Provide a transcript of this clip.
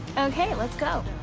okay, let's go.